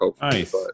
Nice